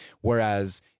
Whereas